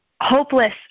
hopeless